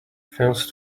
fails